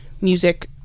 music